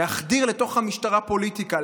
להחדיר לתוך המשטרה פוליטיקה,